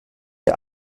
der